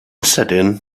sydyn